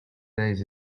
days